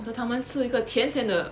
so 它们吃一个甜甜的